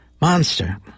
Monster